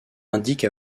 indique